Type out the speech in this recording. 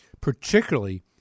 particularly